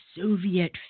Soviet